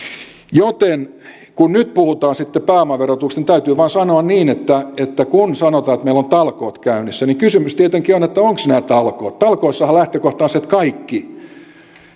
joten kun nyt puhutaan sitten pääomaverotuksesta niin täytyy vain sanoa niin että että kun sanotaan että meillä on talkoot käynnissä niin kysymys tietenkin on että ovatko nämä talkoot talkoissahan lähtökohta on se että kaikki